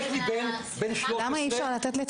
הבן שלי בן 13 ו --- סליחה,